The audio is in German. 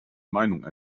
meinung